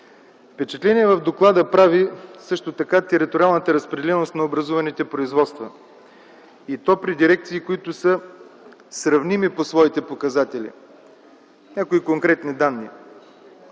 Впечатление в доклада прави също така териториалната разпределеност на образуваните производства и то при дирекции, сравними по своите показатели. Някои конкретни данни.